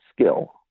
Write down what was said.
skill